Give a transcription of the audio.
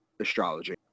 astrology